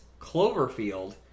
Cloverfield